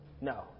No